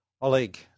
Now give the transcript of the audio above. Oleg